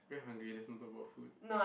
very hungry lets not talk about food